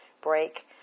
break